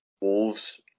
Wolves